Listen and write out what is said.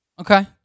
Okay